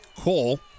Cole